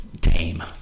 tame